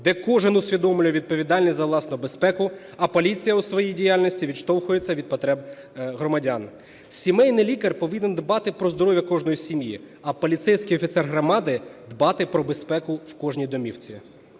де кожен усвідомлює відповідальність за власну безпеку, а поліція у своїй діяльності відштовхується від потреб громадян. Сімейний лікар повинен дбати про здоров'я кожної сім'ї, а поліцейський офіцер громади дбати про безпеку в кожній домівці.